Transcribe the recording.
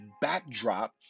backdrop